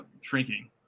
shrinking